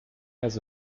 has